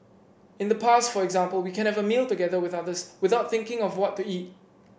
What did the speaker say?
in the past for example we can have a meal together with others without thinking of what to eat